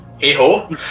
Hey-ho